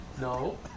No